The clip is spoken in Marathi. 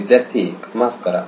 विद्यार्थी 1 माफ करा